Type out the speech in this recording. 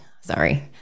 Sorry